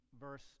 verse